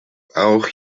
auch